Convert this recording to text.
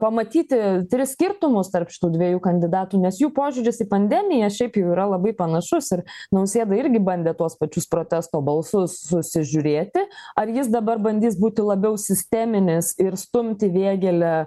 pamatyti tris skirtumus tarp šitų dviejų kandidatų nes jų požiūris į pandemiją šiaip jau yra labai panašus ir nausėda irgi bandė tuos pačius protesto balsus susižiūrėti ar jis dabar bandys būti labiau sisteminis ir stumti vėgėlę